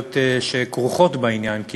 כרוכות בעניין גם עלויות.